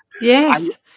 Yes